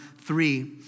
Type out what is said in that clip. Three